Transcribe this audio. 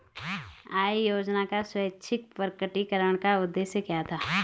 आय योजना का स्वैच्छिक प्रकटीकरण का उद्देश्य क्या था?